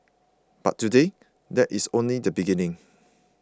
but today that is only the beginning